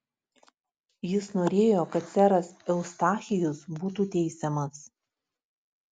jis norėjo kad seras eustachijus būtų teisiamas